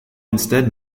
instead